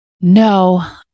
No